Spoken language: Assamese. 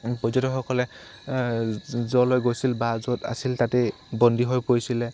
পৰ্যটকসকলে য'ললৈ গৈছিল বা য'ত আছিল তাতেই বন্দী হৈ পৰিছিলে